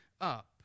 up